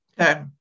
Okay